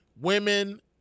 women